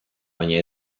baina